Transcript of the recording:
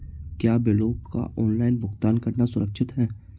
क्या बिलों का ऑनलाइन भुगतान करना सुरक्षित है?